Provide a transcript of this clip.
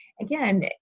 again